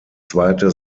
zweite